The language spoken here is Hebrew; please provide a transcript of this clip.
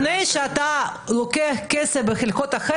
ושירותי דת יהודיים): לפני שאתה לוקח כסף מחלקות,